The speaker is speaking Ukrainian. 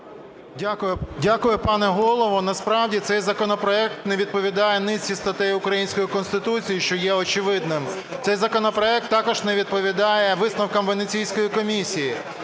Дякую, пане Голово. Насправді цей законопроект не відповідає низці статей української Конституції, що є очевидним. Цей законопроект також не відповідає висновкам Венеційської комісії.